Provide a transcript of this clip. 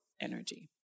energy